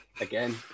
again